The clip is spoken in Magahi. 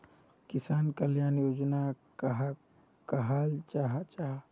किसान कल्याण योजना कहाक कहाल जाहा जाहा?